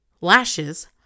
lashes